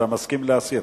אתה מסכים להסיר.